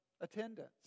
attendance